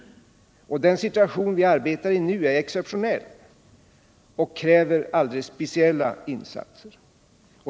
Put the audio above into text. Den situation vi arbetar i nu är exceptionell och kräver alldeles speciella insatser.